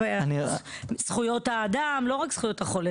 עכשיו בזכויות האדם ולא רק בזכויות החולה